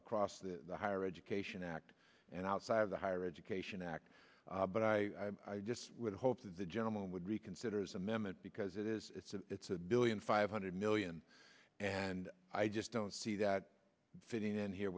across the higher education act and outside of the higher education act but i would hope that the gentleman would reconsider his amendment because it is it's a billion five hundred million and i just don't see that fitting in here